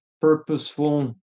purposeful